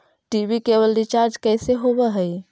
TV cable recharge कैसे होब हइ?